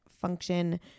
function